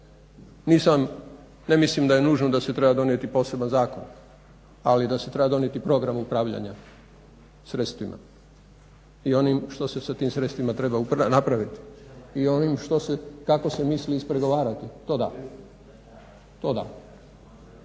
Ne mislim da je nužno da se treba donijeti poseban zakon ali da se treba donijeti program upravljanja sredstvima i onim što se sa tim sredstvima treba napraviti i onim kako se misli ispregovarati, to da. To je